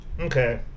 Okay